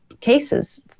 cases